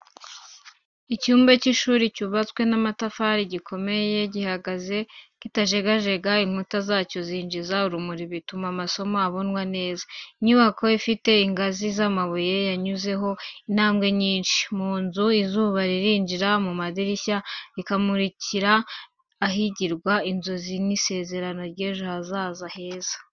Icyumba cy’ishuri cyubatswe n’amatafari ahiye, gikomeye gihagaze kitajegajega, inkuta zacyo zinjiza urumuri bituma amasomo abonwa neza. Inyubako ifite ingazi z’amabuye, yanyuzeho intambwe nyinshi. Mu nzu, izuba rinjirira mu madirishya, rimurikira ahigirwa, inzozi n’isezerano ry’ejo hazaza heza.